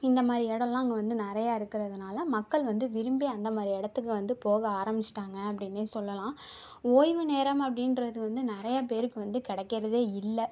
இந்தமாதிரி இடம்லா அங்கே வந்து நிறையா இருக்கிறதுனால மக்கள் வந்து விரும்பி அந்த மாதிரி இடத்துக்கு வந்து போக ஆரம்பிச்சுட்டாங்க அப்படினே சொல்லலாம் ஓய்வு நேரம் அப்படின்றது வந்து நிறைய பேருக்கு வந்து கிடைக்கறதே இல்லை